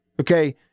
Okay